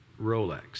Rolex